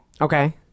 Okay